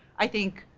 i think,